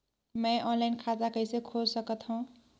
मैं ऑनलाइन खाता कइसे खोल सकथव?